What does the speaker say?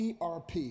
ERP